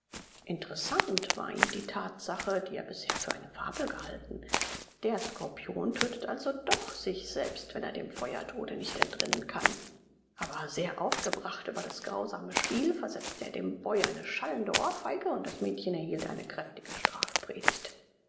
interessant war ihm die tatsache die er bisher für eine fabel gehalten der skorpion tötet also doch sich selbst wenn er dem feuertode nicht entrinnen kann aber sehr aufgebracht über das grausame spiel versetzte er dem boy eine schallende ohrfeige und das mädchen erhielt eine kräftige